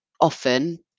often